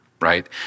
right